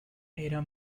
era